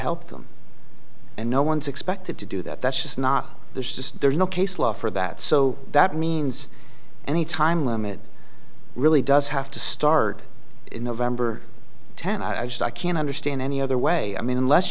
help them and no one's expected to do that that's just not there's just there's no case law for that so that means any time limit really does have to start in november tenth i just i can't understand any other way i mean unless